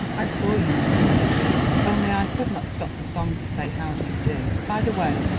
i saw you, mr. davies, only i could not stop the song to say how do you do. by the way,